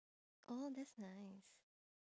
oh that's nice